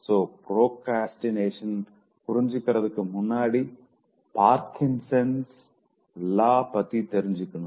so ப்ரோக்ரஷ்ட்னேஷன புரிஞ்சுக்கிறதுக்கு முன்னாடி பார்கின்சன்ஸ் லா Parkinsons law பத்தி தெரிஞ்சுக்கணும்